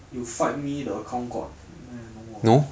you fight me the account got meh no [what]